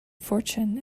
fortune